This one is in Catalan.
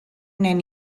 nen